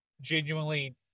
Genuinely